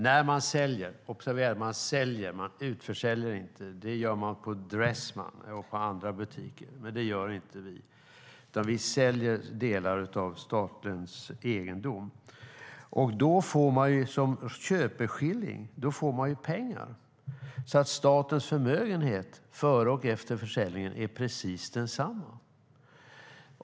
När vi säljer - observera säljer, inte utförsäljer, vilket är vad Dressman och andra butiker gör - delar av statens egendom får vi som köpeskilling pengar så att statens förmögenhet före och efter försäljningen är precis densamma.